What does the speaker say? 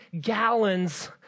gallons